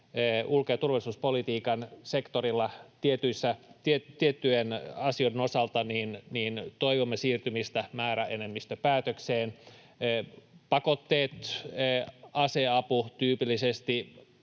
ulko- ja turvallisuuspolitiikan sektorilla tiettyjen asioiden osalta toivomme siirtymistä määräenemmistöpäätökseen. Pakotteiden ja aseavun ajattelisin